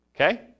okay